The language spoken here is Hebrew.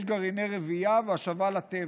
יש גרעיני רבייה והשבה לטבע.